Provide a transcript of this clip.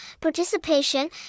participation